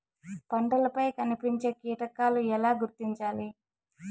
పంటలపై కనిపించే కీటకాలు ఎలా గుర్తించాలి?